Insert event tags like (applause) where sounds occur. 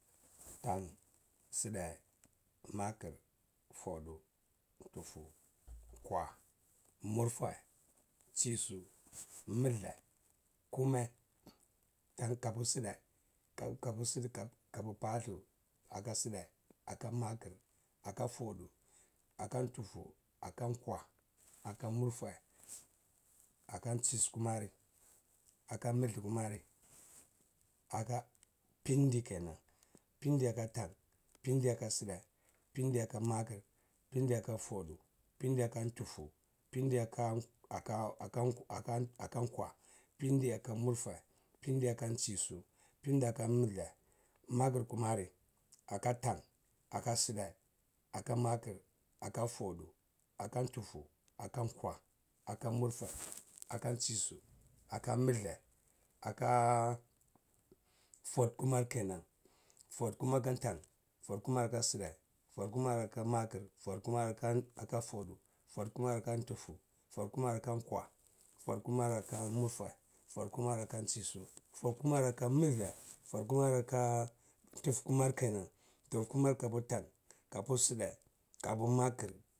Tan, sida, maker fodu, tufu kwa murfa nsisu mulde kumeh, tan kubu sida, tan kuba sida an kabu pallu aka sida aka makiraka fodu aka tufu aka kwa aka murfeh aka nsisu kumeri aka mulde kumeri aka pindi kenan, pindi aka tan, pindi aka sideh pindi aka maker pindi aka fodu pindi aka tufu pindi aka… akan kwa pindi akan mulfe pindi akan nsisu, pindi akan mulge, maker kumeri akan tan akan (unintelligible) akan fodu aka tufu akan kwa akan murfeh aka ntsisu aka mulde aka… fodu kumar kenan. Fodu kumar aka tan fodu kumar aka side fodu kumar aka maker fodu kumar aka fodu fodu kumar aka tufu fodu kumar aka kwa fodu kumar aka murfeh fode kumar aka ntsisu fodu kumar aka mulde fodu kumar aka… tuffu kumar kenan tuffu kumar aka tan aka side aka maker.